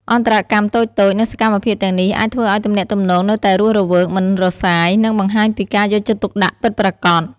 អន្តរកម្មតូចៗ និងសកម្មភាពទាំងនេះអាចធ្វើឱ្យទំនាក់ទំនងនៅតែរស់រវើក មិនរសាយ និងបង្ហាញពីការយកចិត្តទុកដាក់ពិតប្រាកដ។